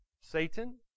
Satan